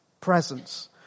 presence